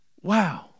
Wow